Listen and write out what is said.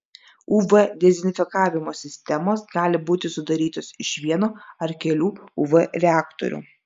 uv dezinfekavimo sistemos gali būti sudarytos iš vieno ar kelių uv reaktorių